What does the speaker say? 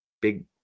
big